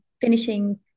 finishing